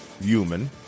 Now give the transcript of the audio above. human